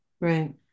Right